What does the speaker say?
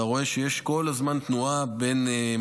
אתה רואה שיש כל הזמן תנועה ומעברים,